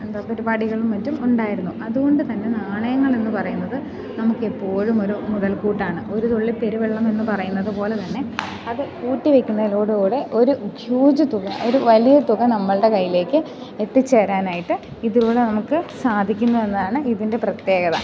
എന്താ പരിപാടികളും മറ്റും ഉണ്ടായിരുന്നു അതുകൊണ്ടുതന്നെ നാണയങ്ങളെന്നു പറയുന്നത് നമുക്കെപ്പോഴും ഒരു മുതൽ കൂട്ടാണ് ഒരു തുള്ളി പെരുവെള്ളം എന്നു പറയുന്നത് പോലെതന്നെ അത് കൂട്ടി വെക്കുന്നതിലോടുകൂടി ഒരു ഹ്യൂജ് തുക ഒരു വലിയ തുക നമ്മളുടെ കയ്യിലേക്ക് എത്തിച്ചേരാനായിട്ട് ഇതിലൂടെ നമുക്ക് സാധിക്കുന്നു എന്നാണ് ഇതിൻ്റെ പ്രത്യേകത